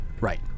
Right